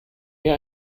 mir